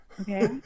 Okay